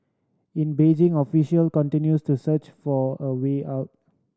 in Beijing official continues to search for a way out